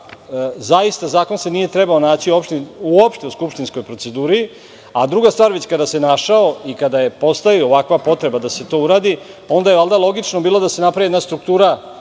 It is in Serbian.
da se zakon nije trebao naći u skupštinskoj proceduri. Druga stvar, kada se već našao i kada je postojala ovakva potreba da se to uradi, onda je logično bilo da se napravi jedna struktura